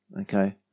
Okay